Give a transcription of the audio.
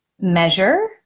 measure